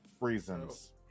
reasons